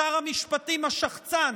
שר המשפטים השחצן,